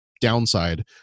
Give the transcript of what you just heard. downside